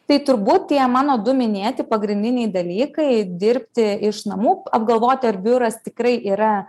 tai turbūt tie mano du minėti pagrindiniai dalykai dirbti iš namų apgalvoti ar biuras tikrai yra